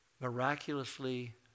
miraculously